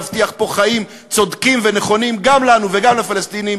להבטיח פה חיים צודקים ונכונים גם לנו וגם לפלסטינים,